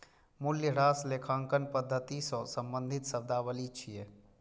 मूल्यह्रास लेखांकन पद्धति सं संबंधित शब्दावली छियै